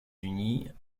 unis